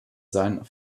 seinen